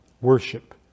worship